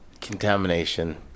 Contamination